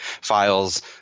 files